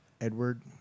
edward